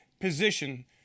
position